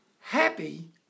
happy